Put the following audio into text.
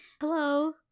hello